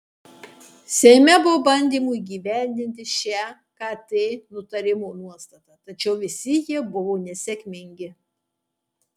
seime buvo bandymų įgyvendinti šią kt nutarimo nuostatą tačiau visi jie buvo nesėkmingi